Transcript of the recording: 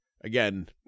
again